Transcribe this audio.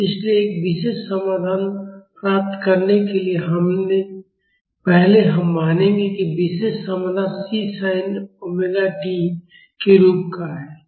इसलिए एक विशेष समाधान प्राप्त करने के लिए पहले हम मानेंगे कि विशेष समाधान C sin ओमेगा tCsinωt के रूप का है